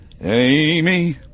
Amy